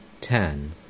ten